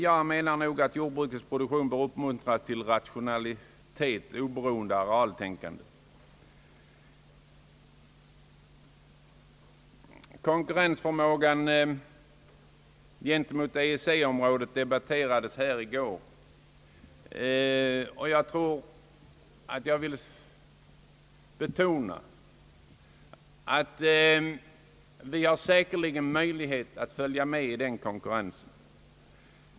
Jordbruket bör enligt min uppfattning uppmuntras till en produktion belt oberoende av arealtänkandet. Konkurrensförmågan gentemot EEC området debatterades här i går. Jag vill betona att vi säkerligen har möjlighet att hävda oss i den konkurrensen.